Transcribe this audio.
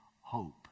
hope